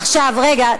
עכשיו רגע,